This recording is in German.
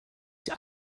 die